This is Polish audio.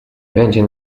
będzie